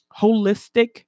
holistic